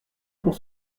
pour